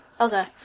Okay